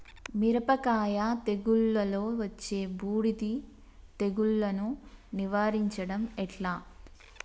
మిరపకాయ తెగుళ్లలో వచ్చే బూడిది తెగుళ్లను నివారించడం ఎట్లా?